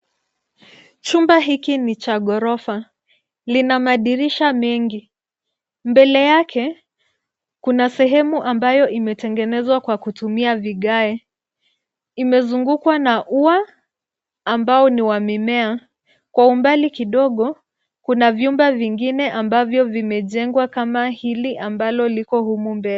Chumba hiki ni cha ghorofa .Lina madirisha mengi. Mbele yake kuna sehemu ambayo imetegenezwa kwa kutumia vigae. Imezugukwa na ua ambao ni wa mimea. Kwa umbali kidogo kuna vyumba vingine ambavyo vimejengwa kama hili ambalo liko humu mbele.